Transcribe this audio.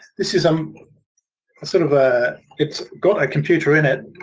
this is um and sort of a, its got a computer in it,